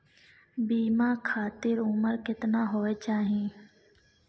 बीमा खातिर उमर केतना होय चाही?